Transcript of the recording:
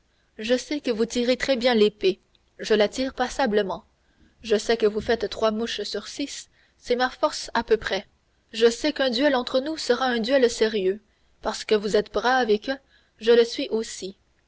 je sais que vous tirez très bien l'épée je la tire passablement je sais que vous faites trois mouches sur six c'est ma force à peu près je sais qu'un duel entre nous sera un duel sérieux parce que vous êtes brave et que je le suis aussi